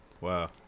Wow